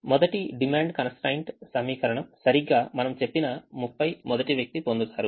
మొదటి demand constraint సమీకరణం సరిగ్గా మనము చెప్పిన 30 మొదటి వ్యక్తి పొందుతారు